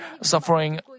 suffering